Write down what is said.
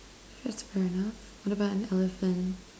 that's fair enough what about an elephant